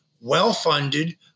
well-funded